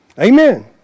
Amen